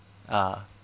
ah